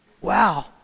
Wow